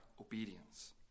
obedience